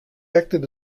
acted